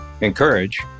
encourage